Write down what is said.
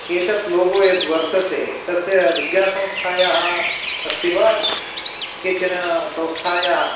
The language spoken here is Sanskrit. एतत् लोगो यद्वर्तते तस्य विद्यासंस्थायाः अस्ति वा केचन संस्थायाः